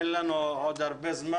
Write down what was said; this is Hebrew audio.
אין לנו עוד הרבה זמן.